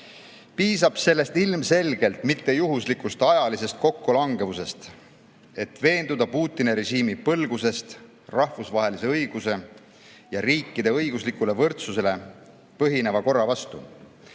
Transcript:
Piisab sellest ilmselgelt mitte juhuslikust ajalisest kokkulangevusest, et veenduda Putini režiimi põlguses rahvusvahelise õiguse ja riikide õiguslikul võrdsusel põhineva korra vastu,